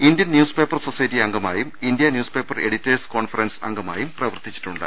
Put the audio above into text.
Indian newspaper society അംഗമായും India newspaper editors conference അംഗമായും പ്രവർത്തിച്ചിട്ടുണ്ട്